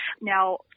Now